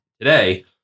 today